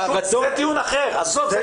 עזוב, זה טיעון אחר.